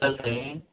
चल थंयी